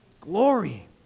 Glory